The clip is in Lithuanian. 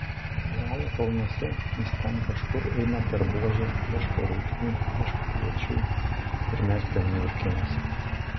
uralo kalnuose jis ten kažkur eina per buožes ieško rugių ieško kviečių ir mes ten niurkėmės